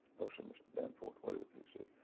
no, sir, mr. danforth. what is it? he said,